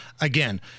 again